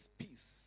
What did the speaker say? peace